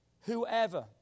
whoever